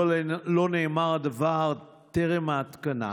2. מדוע לא נאמר הדבר טרם ההתקנה?